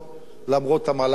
למרות המהלך העקום.